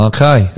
Okay